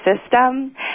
system